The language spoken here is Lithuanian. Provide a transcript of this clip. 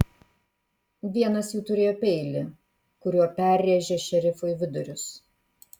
vienas jų turėjo peilį kuriuo perrėžė šerifui vidurius